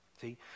See